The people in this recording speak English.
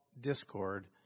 discord